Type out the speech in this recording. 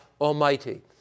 Almighty